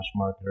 marketer